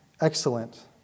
excellent